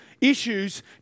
issues